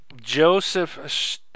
Joseph